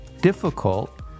difficult